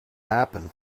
happen